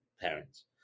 parents